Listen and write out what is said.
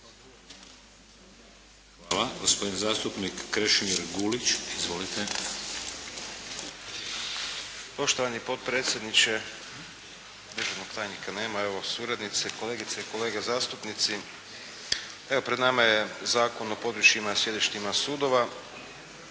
Hvala. Gospodin zastupnik Krešimir Gulić. Izvolite. **Gulić, Krešimir (HDZ)** Poštovani potpredsjedniče, državnog tajnika nema, evo suradnici, kolegice i kolege zastupnici. Evo pred nama je jedan Zakon o područjima i sjedištima sudova.